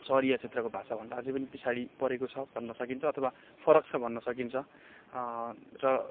सहरिया क्षेत्रको भाषाभन्दा अझै पनि पछाडि परेको छ भन्न सकिन्छ अथवा फरक छ भन्न सकिन्छ र